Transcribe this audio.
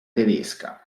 tedesca